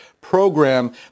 program